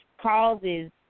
causes